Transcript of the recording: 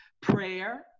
prayer